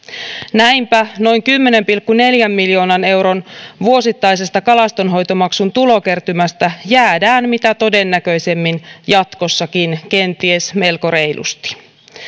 näinpä noin kymmenen pilkku neljän miljoonan euron vuosittaisesta kalastonhoitomaksun tulokertymästä jäädään mitä todennäköisimmin jatkossakin kenties melko reilusti